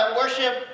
worship